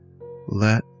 Let